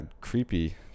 creepy